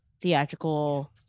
theatrical